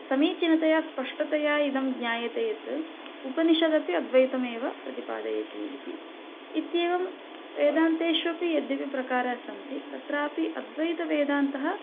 समीचीनतया स्पष्टतया इदं ज्ञायते यत् उपनिषदपि अद्वैतमेव प्रतिपादयति इति इत्येवं वेदान्तेष्वपि यद्यपि प्रकाराः सन्ति तत्रापि अद्वैतवेदान्तः